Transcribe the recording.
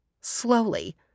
Slowly